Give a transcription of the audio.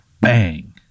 bang